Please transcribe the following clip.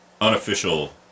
unofficial